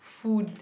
food